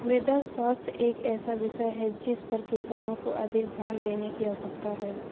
मृदा स्वास्थ्य एक ऐसा विषय है जिस पर किसानों को अधिक ध्यान देने की आवश्यकता है